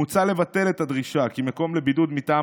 מוצא לבטל את הדרישה כי מקום לבידוד מטעם